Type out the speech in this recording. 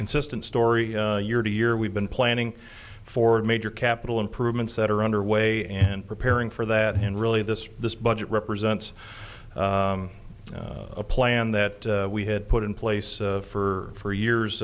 consistent story year to year we've been planning for major capital improvements that are underway and preparing for that and really this this budget represents a plan that we had put in place for years